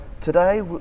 today